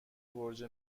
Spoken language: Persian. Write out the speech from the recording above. برج